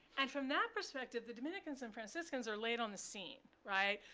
and from that perspective, the dominicans and franciscans are late on the scene, right?